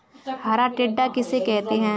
हरा टिड्डा किसे कहते हैं?